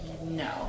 No